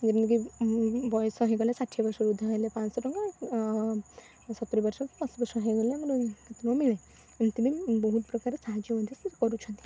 ଯେମିତି ବୟସ ହେଇଗଲା ଷାଠିଏ ବର୍ଷ ଉର୍ଦ୍ଧ ହେଲେ ପାଞ୍ଚ ଶହ ଟଙ୍କା ସତୁରୀ ବର୍ଷ କି ଅଶୀ ବର୍ଷ ହୋଇଗଲେ ମାନେ ଟଙ୍କା ମିଳେ ସେଥିପାଇଁ ବହୁତ ପ୍ରକାର ସାହାଯ୍ୟ ମଧ୍ୟ ସେ କରୁଛନ୍ତି